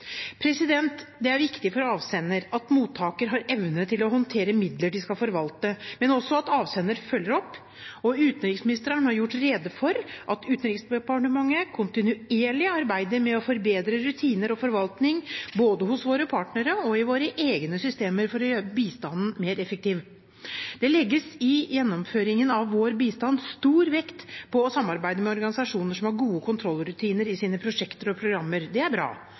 Det er viktig for avsenderen at mottakerne har evne til å håndtere midlene de skal forvalte, men det er også viktig at avsenderen følger opp, og utenriksministeren har gjort rede for at Utenriksdepartementet kontinuerlig arbeider med å forbedre rutiner og forvaltning, både hos våre partnere og i våre egne systemer, for å gjøre bistanden mer effektiv. Det legges i gjennomføringen av vår bistand stor vekt på å samarbeide med organisasjoner som har gode kontrollrutiner i sine prosjekter og programmer. Det er bra.